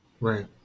Right